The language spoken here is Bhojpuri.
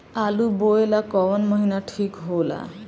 आलू बोए ला कवन महीना ठीक हो ला?